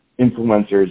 influencers